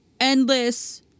endless